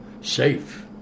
safe